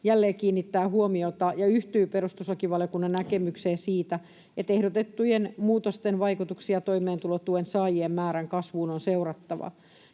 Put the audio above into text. jälleen kiinnittää huomiota ja yhtyy perustuslakivaliokunnan näkemykseen siitä, että ehdotettujen muutosten vaikutuksia toimeentulotuen saajien määrän kasvuun on seurattava.